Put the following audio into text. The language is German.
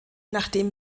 nachdem